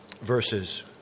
verses